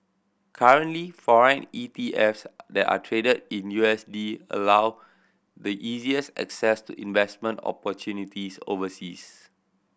currently foreign E T Fs that are traded in U S D allow the easiest access to investment opportunities overseas